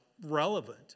relevant